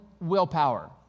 willpower